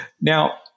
Now